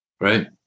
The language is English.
Right